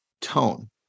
tone